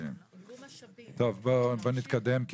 בואו נתקדם.